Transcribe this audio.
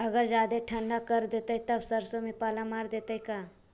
अगर जादे ठंडा कर देतै तब सरसों में पाला मार देतै का?